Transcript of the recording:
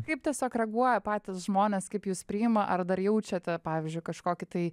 kaip tiesiog reaguoja patys žmonės kaip jus priima ar dar jaučiate pavyzdžiui kažkokį tai